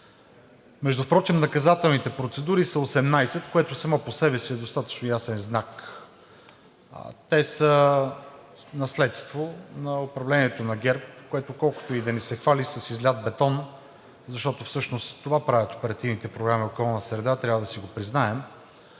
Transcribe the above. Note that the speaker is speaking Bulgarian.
Впрочем наказателните процедури са 18, което само по себе си е достатъчно ясен знак. Те са наследство на управлението на ГЕРБ, което колкото и да ни се хвали с излят бетон, защото всъщност това правят оперативните програми по околна среда, трябва да си го признаем